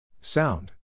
Sound